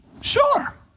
Sure